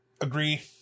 agree